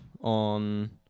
on